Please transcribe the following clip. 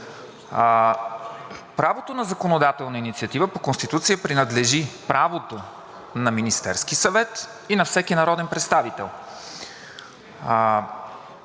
Правото на законодателна инициатива по Конституция принадлежи на Министерския съвет и на всеки народен представител.